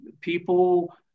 People